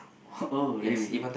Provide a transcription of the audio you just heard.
oh really